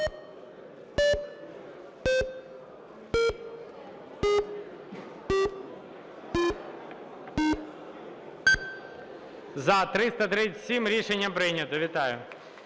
За-337 Рішення прийнято. Вітаю.